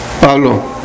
Pablo